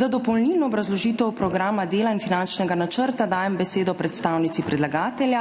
Za dopolnilno obrazložitev programa dela in finančnega načrta dajem besedo predstavnici predlagatelja,